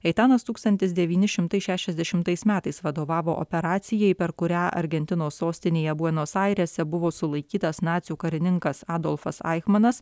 eitanas tūkstantis devyni šimtai šešiasdešimtais metais vadovavo operacijai per kurią argentinos sostinėje buenos airėse buvo sulaikytas nacių karininkas adolfas aichmanas